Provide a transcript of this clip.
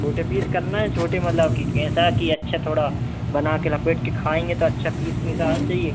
छोटे पीस करना है छोटे मतलब कि केंसा कि अच्छा थोड़ा बनाकर लपेट कर खाएंगे तो अच्छा पीस पीस आना चाहिए